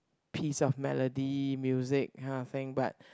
piece of melody music kind of thing but